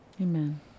Amen